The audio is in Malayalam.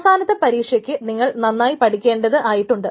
അവസാനത്തെ പരീക്ഷക്ക് നിങ്ങൾ നന്നായിട്ട് പഠിക്കേണ്ടത് ആയിട്ട് ഉണ്ട്